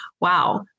wow